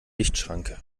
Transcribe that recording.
lichtschranke